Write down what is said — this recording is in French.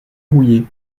rouillé